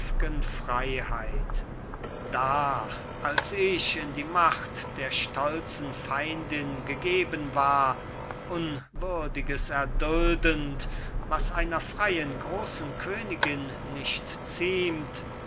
freiheit da als ich in die macht der stolzen feindin gegeben war unwürdiges erduldend was einer freien großen königin nicht ziemt